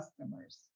customers